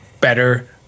better